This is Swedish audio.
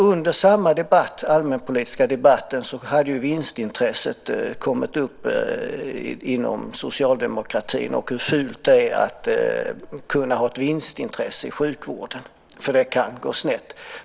Under samma debatt, den allmänpolitiska debatten, hade vinstintresset kommit upp inom socialdemokratin. Det sades att det var fult att ha ett vinstintresse i sjukvården eftersom det kan gå snett.